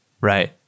right